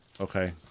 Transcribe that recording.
okay